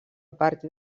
partir